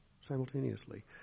simultaneously